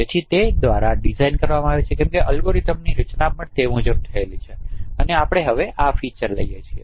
તેથી તે દ્વારા ડિઝાઇન કરવામાં આવી છે કેમ કે અલ્ગોરિધમ ની રચના પણ તે મુજબ થયેલ છે અને આપણે હવે આ ફીચર લઈએ છીએ